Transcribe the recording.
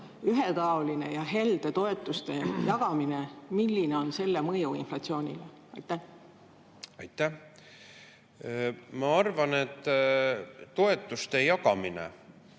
ühetaoline ja helde toetuste jagamine? Ja milline on selle mõju inflatsioonile? Aitäh! Ma arvan, et toetuste jagamine